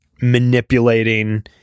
manipulating